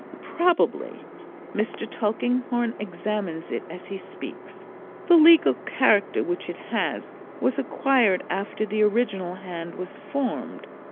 probably mr. tulkinghorn examines it as he speaks the legal character which it has was acquired after the original hand was formed.